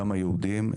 גם היהודים,